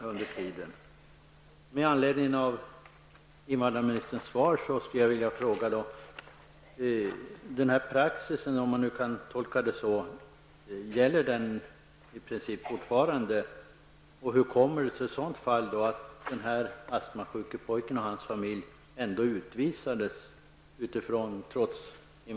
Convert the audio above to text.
barnpraxisen i princip fortfarande gäller? Hur kommer det sig i så fall, med tanke på invandrarministerns svar, att den astmasjuke pojken och hans familj ändå utvisades?